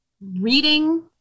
reading